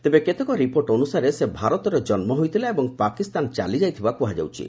ତେବେ କେତେକ ରିପୋର୍ଟ ଅନୁସାରେ ସେ ଭାରତରେ ଜନ୍ମ ହୋଇଥିଲା ଏବଂ ପାକିସ୍ତାନ ଚାଲିଯାଇଥିବା କୁହାଯାଉଛି